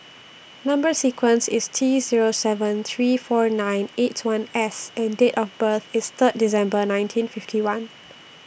Number sequence IS T Zero seven three four nine eight one S and Date of birth IS Third December nineteen fifty one